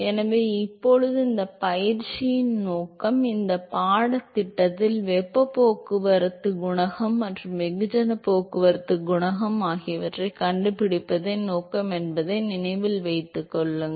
எனவே இப்போது இந்த பயிற்சியின் நோக்கம் இந்த பாடத்திட்டத்தில் வெப்பப் போக்குவரத்துக் குணகம் மற்றும் வெகுஜனப் போக்குவரத்துக் குணகம் ஆகியவற்றைக் கண்டுபிடிப்பதே நோக்கம் என்பதை நினைவில் கொள்ளுங்கள்